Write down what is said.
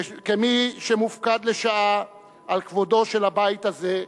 כמי שמופקד לשעה על כבודו של הבית הזה,